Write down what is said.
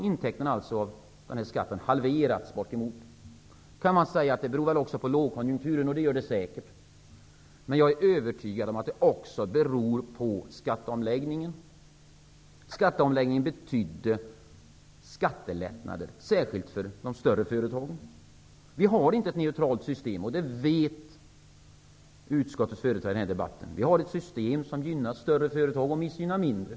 Intäkterna från skatten har de facto halverats. Man kan mena att det beror på lågkonjunkturen, och det gör det säkert. Men jag är övertygad om att det också beror på skatteomläggningen. Den betydde skattelättnader, särskilt för de större företagen. Vi har inte ett neutralt system, och det vet utskottets företrädare i denna debatt. Vi har ett system som gynnar större företag och missgynnar mindre.